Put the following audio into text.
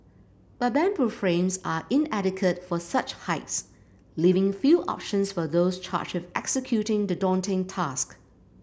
but bamboo frames are inadequate for such heights leaving few options for those charged with executing the daunting task